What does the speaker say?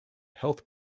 health